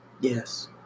Yes